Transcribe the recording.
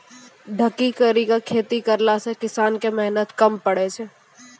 ढकी करी के खेती करला से किसान के मेहनत कम पड़ै छै